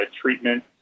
treatment